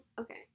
okay